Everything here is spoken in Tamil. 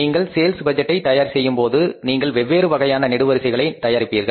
நீங்கள் சேல்ஸ் பட்ஜெட்டை தயார் செய்யும் பொது நீங்கள் வெவ்வேறு வகையான நெடுவரிசைகளை தயாரிப்பீர்கள்